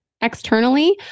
externally